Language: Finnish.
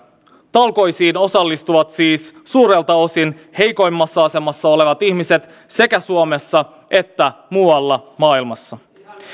talkoisiin osallistuvat siis suurelta osin heikoimmassa asemassa olevat ihmiset sekä suomessa että muualla maailmassa